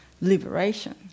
liberation